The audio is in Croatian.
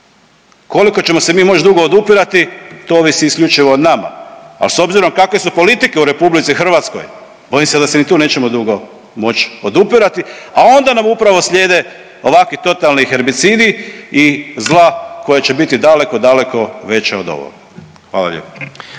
koliko ćemo se mi moć odupirati, to ovisi isključivo o nama, a s obzirom kakve su politike u RH bojim se da se ni tu nećemo dugo moć odupirati, a onda nam upravo slijede ovaki totalni herbicidi i zla koja će biti daleko, daleko veća od ovog. Hvala lijepo.